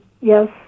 yes